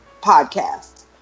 podcast